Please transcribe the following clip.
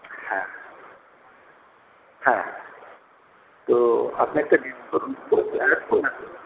হ্যাঁ হ্যাঁ হ্যাঁ তো আপনি একটা জিনিস করুন